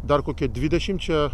dar kokia dvidešimčia